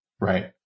Right